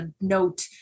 note